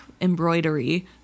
embroidery